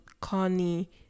Connie